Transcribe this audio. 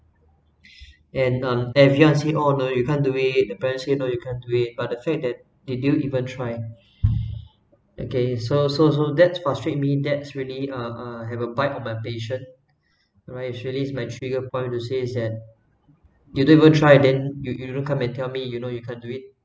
and um everyone say oh no you can't do it the parents say you can't do it or afraid that did you even try okay so so so that frustrate me that's really uh have a bite of my patience alright it surely my trigger point to say that you don't even try then you you don't come and tell me you know you can't do it